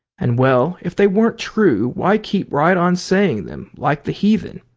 and well, if they weren't true why keep right on saying them like the heathen?